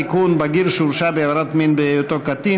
הצעת החוק אושרה ותועבר לוועדת חוקה,